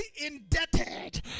indebted